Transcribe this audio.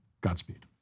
Godspeed